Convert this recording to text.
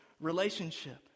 relationship